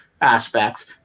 aspects